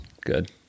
Good